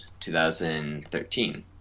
2013